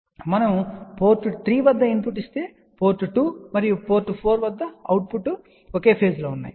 మరియు మనము పోర్ట్ 3 వద్ద ఇన్పుట్ ఇచ్చినప్పుడు పోర్ట్ 2 మరియు పోర్ట్ 4 వద్ద అవుట్పుట్ ఒకే ఫేజ్ లో ఉంటాయి